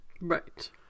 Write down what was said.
Right